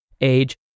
age